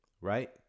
Right